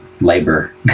labor